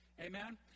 Amen